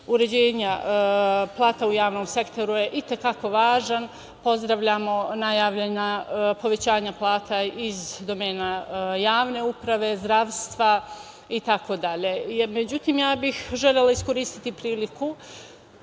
uređenja plata u javnom sektoru je i te kako važan. Pozdravljamo najavljena povećanja plata iz domena javne uprave, zdravstva itd.Međutim, ja bih želela iskoristiti priliku